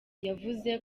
yavuze